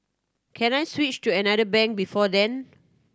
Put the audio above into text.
can I switch to another bank before then